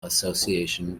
association